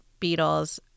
Beatles